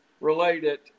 related